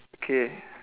okay